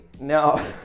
no